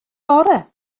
bore